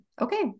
okay